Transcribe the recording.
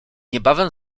niebawem